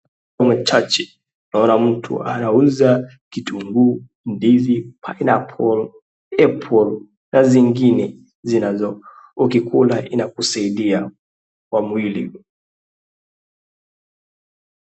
Kwa hayo machache naona mtu anauza kitungu, ndizi, pinapple, apple na zingine ambazo ukikula zinakusaidia kwa mwili.